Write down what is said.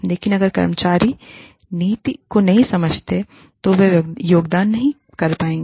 लेकिन अगर कर्मचारी नीति को नहीं समझते हैं तो वे योगदान नहीं दे पाएंगे